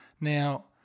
Now